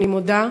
אני מודה,